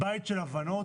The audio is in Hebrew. בית של הסכמות,